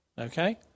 Okay